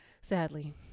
Sadly